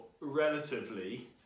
relatively